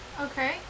Okay